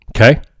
Okay